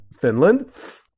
Finland